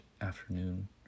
afternoon